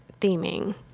theming